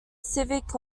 civic